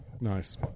nice